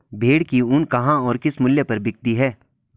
भेड़ की ऊन कहाँ और किस मूल्य पर बिकती है?